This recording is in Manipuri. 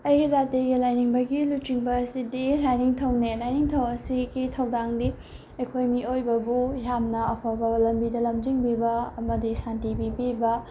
ꯑꯩꯒꯤ ꯖꯥꯇꯤꯒꯤ ꯂꯥꯏꯅꯤꯡꯕꯒꯤ ꯂꯨꯆꯤꯡꯕ ꯑꯁꯤꯗꯤ ꯂꯥꯏꯅꯤꯡꯊꯧꯅꯦ ꯂꯥꯏꯅꯤꯡꯊꯧ ꯑꯁꯤꯒꯤ ꯊꯧꯗꯥꯡꯗꯤ ꯑꯩꯈꯣꯏ ꯃꯤꯑꯣꯏꯕꯕꯨ ꯌꯥꯝꯅ ꯑꯐꯕ ꯂꯝꯕꯤꯗ ꯂꯝꯖꯤꯡꯕꯤꯕ ꯑꯃꯗꯤ ꯁꯥꯟꯇꯤ ꯄꯤꯕꯤꯕ